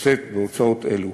לשאת בהוצאות האלה.